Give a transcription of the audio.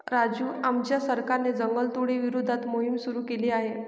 राजू आमच्या सरकारने जंगलतोडी विरोधात मोहिम सुरू केली आहे